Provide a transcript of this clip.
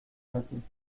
lassen